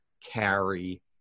carry